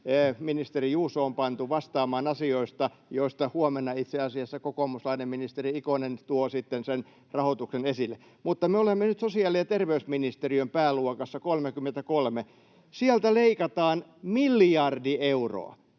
Ministeri Juuso on pantu vastaamaan asioista, joista huomenna itse asiassa kokoomuslainen ministeri Ikonen tuo sitten sen rahoituksen esille. Mutta me olemme nyt sosiaali- ja terveysministeriön pääluokassa 33. Sieltä leikataan miljardi euroa.